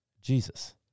Jesus